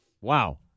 wow